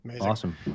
Awesome